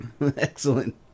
Excellent